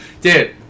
Dude